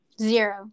zero